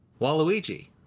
Waluigi